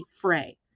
fray